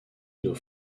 d’eaux